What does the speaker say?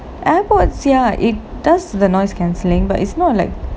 AirPods ya it does the noise cancelling but it's not like